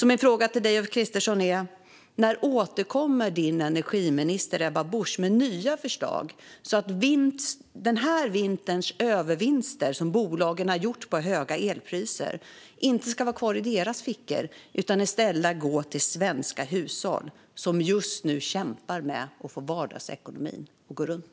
Min fråga till dig, Ulf Kristersson, är: När återkommer din energiminister Ebba Busch med nya förslag som gör att de övervinster som bolagen har gjort på höga elpriser den här vintern inte ska vara kvar i deras fickor utan i stället gå till svenska hushåll, som just nu kämpar med att få vardagsekonomin att gå runt?